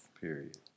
Period